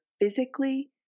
physically